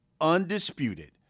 undisputed